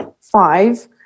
five